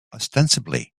ostensibly